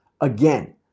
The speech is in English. again